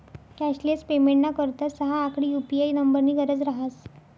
cashless पेमेंटना करता सहा आकडी यु.पी.आय नम्बरनी गरज रहास